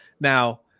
Now